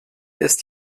ist